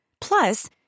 Plus